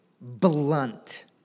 blunt